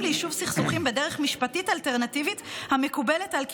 ליישוב סכסוכים בדרך משפטית אלטרנטיבית המקובלת על קהילותיהן.